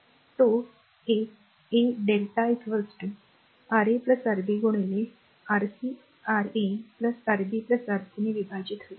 तर तो a Δ Ra Rb गुणिले Rc Ra Rb Rc ने विभाजित होईल